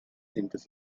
cintas